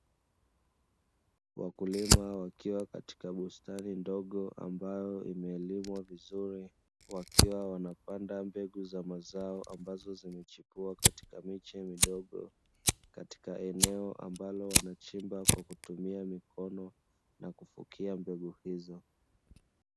Wakulima wakiwa katika bustani ndogo ambayo imelimiwa vizuri, wakiwa wanapanda mbegu za mazao ambazo zimechipua katika miche midogo, katika eneo ambalo wanachimba kwa kutumia mikono na kufikia mbegu hizo.